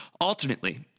Alternately